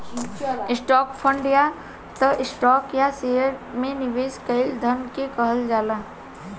stock fund या त stock या शहर में निवेश कईल धन के कहल जाला